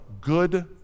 good